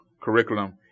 curriculum